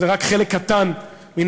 וזה רק חלק קטן מההמצאות